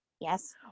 yes